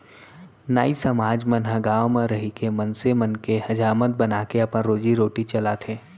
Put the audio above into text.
नाई समाज मन ह गाँव म रहिके मनसे मन के हजामत बनाके अपन रोजी रोटी ल चलाथे